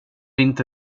inte